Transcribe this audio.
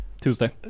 Tuesday